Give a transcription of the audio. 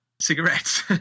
cigarettes